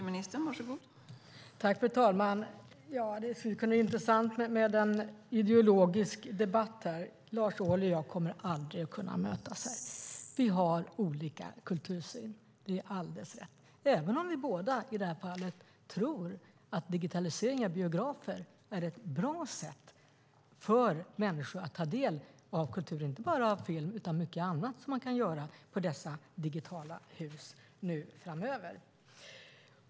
Fru talman! Det kunde vara intressant med en ideologisk debatt, men Lars Ohly och jag kommer aldrig att kunna mötas. Vi har olika kultursyn - det är alldeles rätt - även om vi båda i det här fallet tror att digitalisering av biografer är ett bra sätt för människor att ta del av kultur, inte bara av film utan också mycket annat som man kan göra i dessa digitala hus framöver.